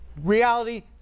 reality